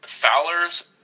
Fowler's